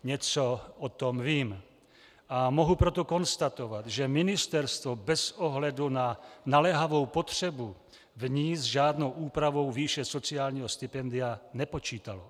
Něco o tom vím, a mohu proto konstatovat, že ministerstvo bez ohledu na naléhavou potřebu v ní s žádnou úpravou výše sociálního stipendia nepočítalo.